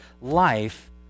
life